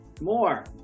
more